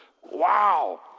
Wow